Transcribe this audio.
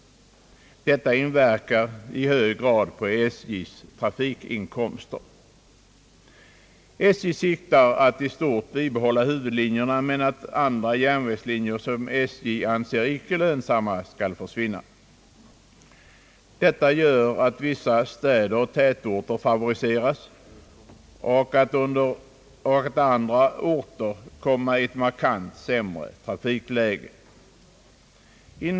Detta inverkar i hög grad på SJ:s trafikinkomster. SJ siktar till att i stort bibehålla huvudlinjerna men att andra, icke lönsamma järnvägslinjer skall försvinna. Detta innebär att vissa städer och tätorter favoriseras, under det att andra orter kommer i ett markant sämre trafikläge.